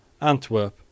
Antwerp